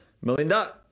Melinda